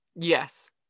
Yes